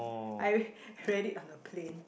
I read it on the plane